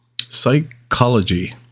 Psychology